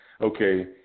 Okay